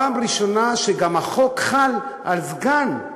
פעם ראשונה שהחוק גם חל על סגן,